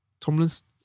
Tomlinson